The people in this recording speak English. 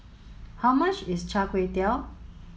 how much is Char Kway Teow